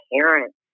parents